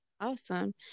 Awesome